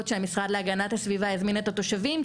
שהמשרד להגנת הסביבה יזמין את התושבים,